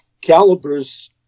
calibers